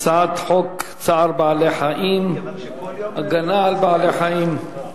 הצעת חוק צער בעלי-חיים (הגנה על בעלי-חיים).